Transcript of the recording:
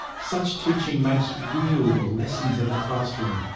such teaching makes real the lessons of the classroom,